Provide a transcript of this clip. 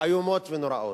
איומות ונוראות.